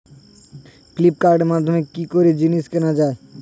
ফ্লিপকার্টের মাধ্যমে কি করে জিনিস কেনা যায়?